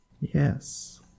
Yes